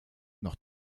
noch